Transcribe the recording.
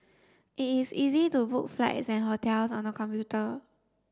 it is easy to book flights and hotels on the computer